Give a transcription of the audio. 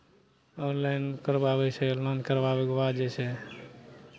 online करवाबै छै online करवाबयके बाद जे छै